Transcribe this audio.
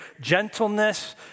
gentleness